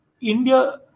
India